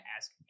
ask